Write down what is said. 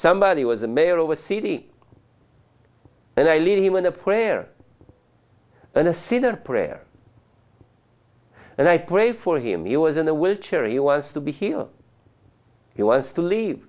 somebody was a mayor of a city and i live in a prayer and a sinner prayer and i pray for him he was in a wheelchair he was to be healed he was to leave